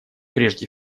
прежде